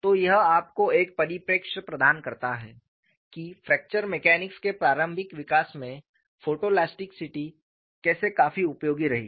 तो यह आपको एक परिप्रेक्ष्य प्रदान करता है कि फ्रैक्चर मैकेनिक्स के प्रारंभिक विकास में फोटोलास्टिकिटी कैसे काफी उपयोगी रही है